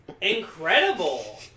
incredible